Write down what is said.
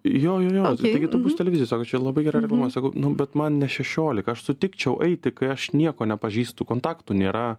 jo jo jo taigi tu būsi televizijoj sako čia labai gera reklama sakau nu bet man ne šešiolika aš sutikčiau eiti kai aš nieko nepažįstu kontaktų nėra